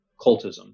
cultism